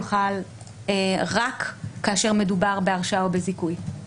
חל רק כאשר מדובר בהרשעה או בזיכוי,